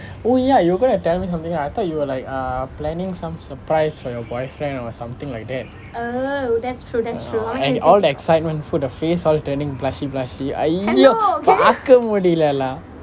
oh ya you were gonna tell me something right I thought you were like err planning some surprise for your boyfriend or something like that all the excitement the face all turning blushy blushy !aiyo! பார்க்க முடியலே:paarkka mudiyalae lah